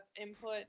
input –